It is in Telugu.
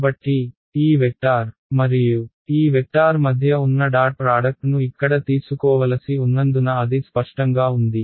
కాబట్టి ఈ వెక్టార్ మరియు ఈ వెక్టార్ మధ్య ఉన్న డాట్ ప్రాడక్ట్ను ఇక్కడ తీసుకోవలసి ఉన్నందున అది స్పష్టంగా ఉంది